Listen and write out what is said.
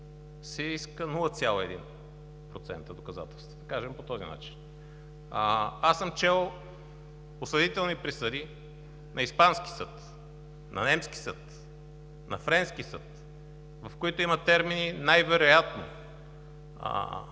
се иска 0,1% доказателства. Да го кажем по този начин. Аз съм чел осъдителни присъди на испански съд, на немски съд, на френски съд, в които има термини: „най-вероятно“,